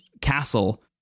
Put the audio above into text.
castle